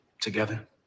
together